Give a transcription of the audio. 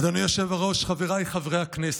אדוני היושב-ראש, חבריי חברי הכנסת,